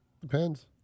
Depends